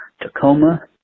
Tacoma